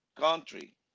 country